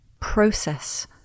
process